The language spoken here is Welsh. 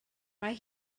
mae